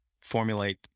formulate